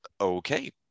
Okay